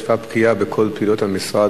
ואת כבר בקיאה בכל פעילויות המשרד,